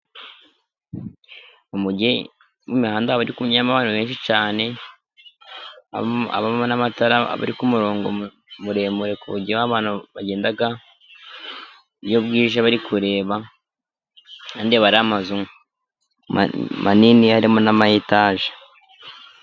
Mu mugi kubera imihanda haba hari kunyuramo abantu benshi cyane, n'amatara aba ari ku murongo muremure ku buryo abantu bagenda iyo bwije bari kureba, kandi aba ari amazu manini harimo n'ama etage.